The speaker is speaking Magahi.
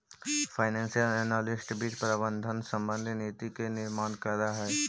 फाइनेंशियल एनालिस्ट वित्त प्रबंधन संबंधी नीति के निर्माण करऽ हइ